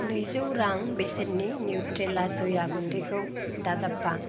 नैजौ रां बेसेननि निउट्रेला सया गुन्दैखौ दाजाबफा